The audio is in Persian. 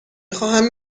خواهم